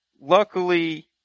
Luckily